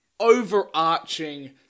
overarching